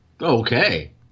Okay